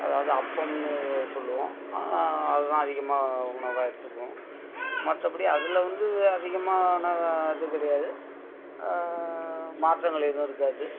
அதாவது அப்பம்னு சொல்லுவோம் அது தான் அதிகமாக உணவா எடுத்துப்போம் மற்றபடி அதில் வந்து அதிகமான இது கிடையாது மாற்றங்கள் எதுவும் இருக்காது